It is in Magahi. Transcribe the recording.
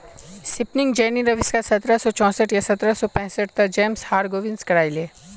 स्पिनिंग जेनीर अविष्कार सत्रह सौ चौसठ या सत्रह सौ पैंसठ त जेम्स हारग्रीव्स करायले